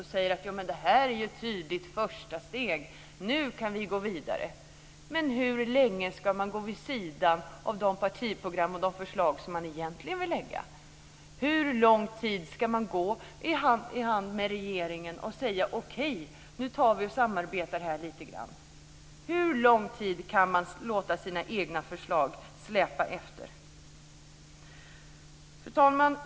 De säger: Det här är ju ett tydligt första steg. Nu kan vi gå vidare! Men hur länge ska man gå vid sidan av de partiprogram och de förslag som man egentligen vill lägga fram? Hur lång tid ska man gå hand i hand med regeringen och säga: Okej, nu tar vi och samarbetar lite grann här! Hur lång tid kan man låta sina egna förslag släpa efter? Fru talman!